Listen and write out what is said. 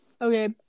Okay